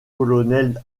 colonel